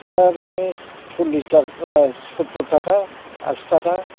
फ्रा बिदिनो सल्लिस थाखा सत्थ'र थाखा आसि थाखा